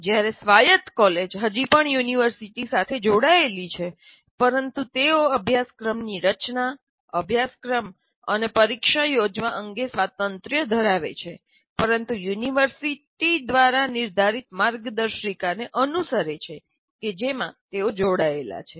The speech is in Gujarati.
જ્યારે સ્વાયત કોલેજ હજી પણ યુનિવર્સિટી સાથે જોડાયેલી છે પરંતુ તેઓ અભ્યાસક્રમની રચના અભ્યાસક્રમ અને પરીક્ષા યોજવા અંગે સ્વાતંત્ર્ય ધરાવે છે પરંતુ યુનિવર્સિટી દ્વારા નિર્ધારિત માર્ગદર્શિકાને અનુસરે છે કે જેમાં તેઓ જોડાયેલા છે